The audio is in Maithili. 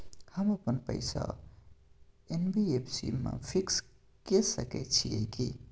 हम अपन पैसा एन.बी.एफ.सी म फिक्स के सके छियै की?